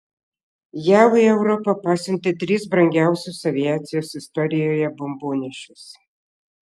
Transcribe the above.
jav į europą pasiuntė tris brangiausius aviacijos istorijoje bombonešius